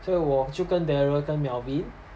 so 我就跟 darren 跟 melvin